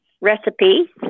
recipe